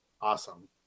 Awesome